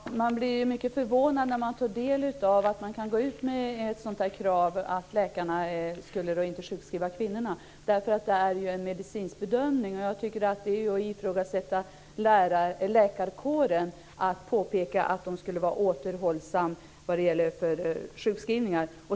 Herr talman! Det är ju mycket förvånande att man kan gå ut med ett sådant här krav, dvs. att läkarna inte ska sjukskriva dessa kvinnor. Detta är ju en medicinsk bedömning. Jag tycker att det är att ifrågasätta läkarkåren att påpeka att denna ska vara återhållsam vad gäller sjukskrivningar.